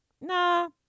nah